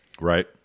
Right